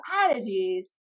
strategies